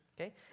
okay